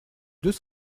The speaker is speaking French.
deux